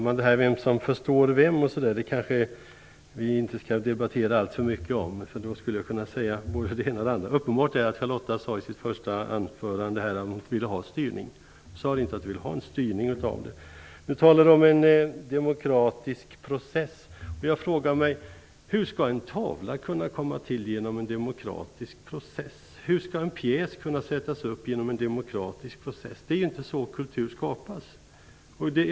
Fru talman! Vem som förstår vem skall vi kanske inte debattera. Jag skulle kunna säga både det ena och det andra, men uppenbart är att Charlotta Bjälkebring sade i sitt första anförande att hon inte ville ha styrning. Nu talade hon om en demokratisk process. Jag frågar mig: Hur skall en tavla kunna komma till genom en demokratisk process? Hur skall en pjäs kunna sättas upp genom en demokratisk process? Det är ju inte så kultur skapas.